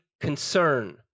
concern